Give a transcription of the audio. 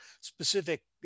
specific